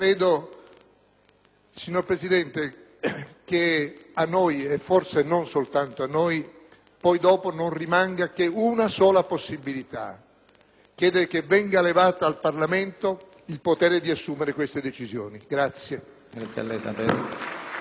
signor Presidente, che a noi - e forse non soltanto a noi - dopo non rimanga che una sola possibilità: chiedere che venga levato al Parlamento il potere di assumere queste decisioni.